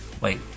wait